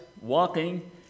walking